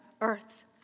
Earth